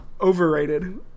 Overrated